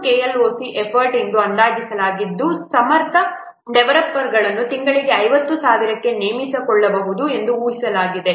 30 KLOC effort ಎಂದು ಅಂದಾಜಿಸಲಾಗಿದ್ದು ಸಮರ್ಥ ಡೆವಲಪರ್ಗಳನ್ನು ತಿಂಗಳಿಗೆ 50000 ಕ್ಕೆ ನೇಮಿಸಿಕೊಳ್ಳಬಹುದು ಎಂದು ಊಹಿಸಲಾಗಿದೆ